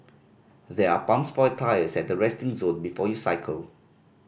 there are pumps for your tyres at the resting zone before you cycle